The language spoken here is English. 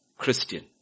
Christian